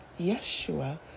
Yeshua